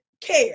care